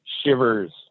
shivers